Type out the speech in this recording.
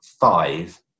five